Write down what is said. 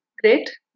Great